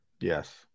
Yes